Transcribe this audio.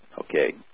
Okay